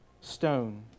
stone